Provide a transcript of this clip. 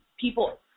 people